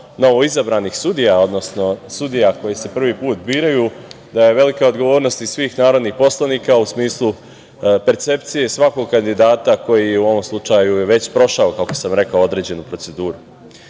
novoizabranih sudija, odnosno sudija koje se prvi put biraju, da je velika odgovornost i svih narodnih poslanika u smislu percepcije svakog kandidata koji je u ovom slučaju već prošao određenu proceduru. Takođe